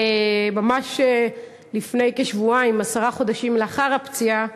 ממש לפני כשבועיים, עשרה חודשים לאחר הפציעה,